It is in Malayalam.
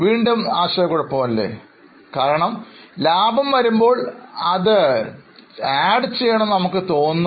വീണ്ടും ആശയക്കുഴപ്പം അല്ലേ കാരണം ലാഭം വരുമ്പോൾ അത് ചേർക്കണമെന്ന് നമ്മൾക്ക് തോന്നുന്നു